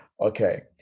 Okay